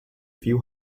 few